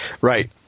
Right